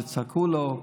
שצעקו לו,